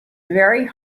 very